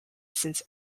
since